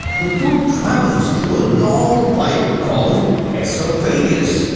the food travels through a long pipe called esophagus.